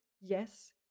yes